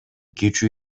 кичүү